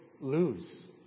lose